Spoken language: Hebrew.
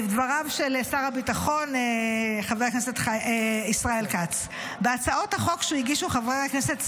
דבריו של שר הביטחון ישראל כץ: בהצעות החוק שהגישו חברי הכנסת סולומון,